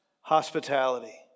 hospitality